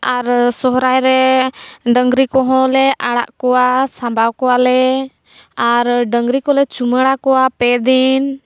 ᱟᱨ ᱥᱚᱦᱨᱟᱭᱨᱮ ᱰᱟᱹᱝᱨᱤ ᱠᱚᱦᱚᱸ ᱞᱮ ᱟᱲᱟᱜ ᱠᱚᱣᱟ ᱥᱟᱢᱵᱟᱣ ᱠᱚᱣᱟᱞᱮ ᱟᱨ ᱰᱟᱹᱝᱨᱤ ᱠᱚᱞᱮ ᱪᱩᱢᱟᱹᱲᱟ ᱠᱚᱣᱟ ᱯᱮᱫᱤᱱ